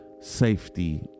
safety